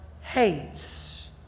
hates